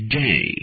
day